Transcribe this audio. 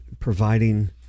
providing